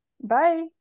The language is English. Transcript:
bye